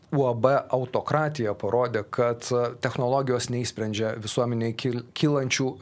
uab autokratija parodė kad technologijos neišsprendžia visuomenėj ki kylančių